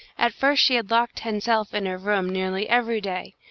at first she had locked hen self in her room nearly every day,